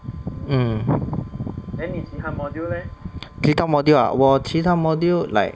hmm 其他 module ah 我其他 module like